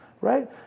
right